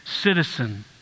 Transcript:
citizen